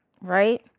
right